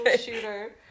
shooter